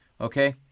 okay